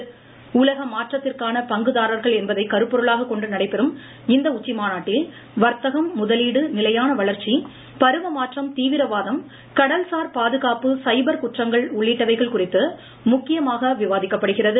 உலக மாற்றத்திற்கான பங்குதாரர்கள் என்பதை கருப்பொருளாக கொண்டு நடைபெறும் இந்த உச்சிமாநாட்டில் வர்த்தகம் முதலீடு நிலையான வளர்ச்சி பருவமாற்றம் தீவிரவாதம் கடல்சார் பாதுகாப்பு சைபர் குற்றங்கள் உள்ளிட்டவைகள் குறித்து முக்கியமாக விவாதிக்கப்படுகிறது